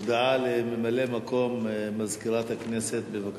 הודעה לממלא-מקום מזכירת הכנסת, בבקשה.